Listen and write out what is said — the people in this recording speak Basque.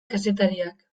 kazetariak